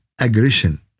aggression